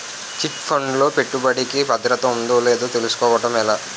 Chit fund లో పెట్టుబడికి భద్రత ఉందో లేదో తెలుసుకోవటం ఎలా?